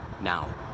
Now